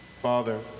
Father